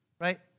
right